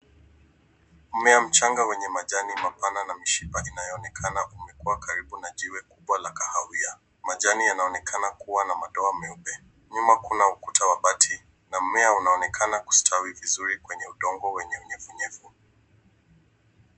Mmea mchanga wenye majani mapana na mshipa inayoonekana umewekwa karibu na jiwe mkubwa la kahawia. Majani yanaonekana kuwa na madoa meupe. Nyuma kuna ukuta wa bati na mmea unaoenkana kustawi vizuri kwenye udongo wenye unyevunyevu.